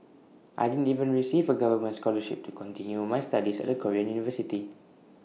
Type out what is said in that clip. I didn't even receive A government scholarship to continue my studies at A Korean university